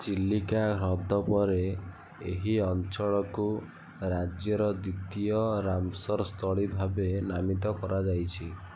ଚିଲିକା ହ୍ରଦ ପରେ ଏହି ଅଞ୍ଚଳକୁ ରାଜ୍ୟର ଦ୍ୱିତୀୟ ରାମ୍ସର ସ୍ଥଳୀ ଭାବେ ନାମିତ କରାଯାଇଛି